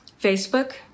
Facebook